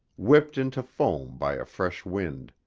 whipped into foam by a fresh wind.